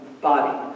body